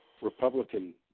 Republican